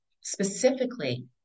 specifically